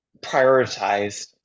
prioritized